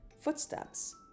footsteps